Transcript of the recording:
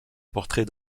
portrait